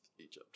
Egypt